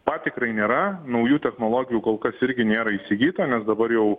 patikrai nėra naujų technologijų kol kas irgi nėra įsigyta nes dabar jau